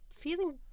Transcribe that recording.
feeling